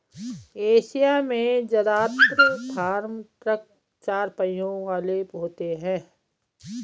Asia में जदात्र farm truck चार पहियों वाले होते हैं